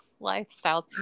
lifestyles